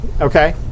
Okay